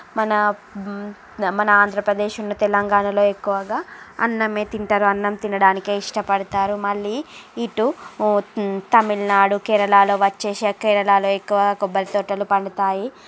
మన మన ఆంధ్రప్రదేశ్ ఉన్న తెలంగాణాలో ఎక్కువగా అన్నమే తింటారు అన్నం తినడానికే ఇష్టపడతారు మళ్ళీ ఇటు తమిళనాడు కేరళాలో వచ్చే సరికి కేరళాలో ఎక్కువ కొబ్బరి తోటలు పండుతాయి